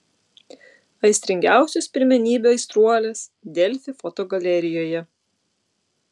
aistringiausios pirmenybių aistruolės delfi fotogalerijoje